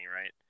right